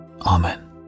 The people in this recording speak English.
Amen